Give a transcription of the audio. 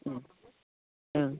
ओं ओं